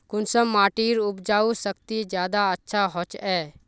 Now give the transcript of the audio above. कुंसम माटिर उपजाऊ शक्ति ज्यादा अच्छा होचए?